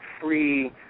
free